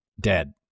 dead